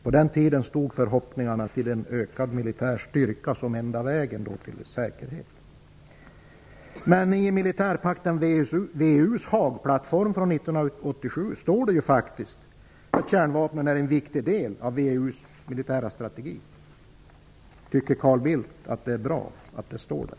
På den tiden stod förhoppningarna till en ökad militär styrka som den enda vägen till säkerhet. I fråga om militärpakten VEU:s Haagplattform från 1987 står det faktiskt att kärnvapen är en viktig del av VEU:s militära strategi. Tycker Carl Bildt att det är bra att det står där?